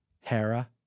Hera